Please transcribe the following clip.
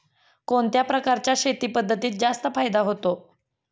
कोणत्या प्रकारच्या शेती पद्धतीत जास्त फायदा होतो?